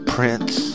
Prince